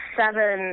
seven